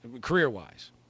career-wise